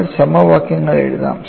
നമ്മൾ സമവാക്യങ്ങൾ എഴുതാം